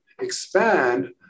expand